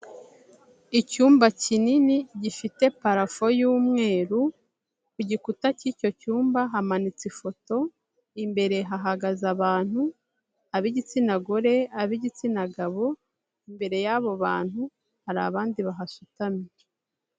Icyumba kinini gifite parafo y'umweru, ku gikuta cy'icyo cyumba hamanitse ifoto, imbere hahagaze abantu, ab'igitsina gore, ab'igitsina gabo, imbere y'abo bantu hari abandi bahasutamye.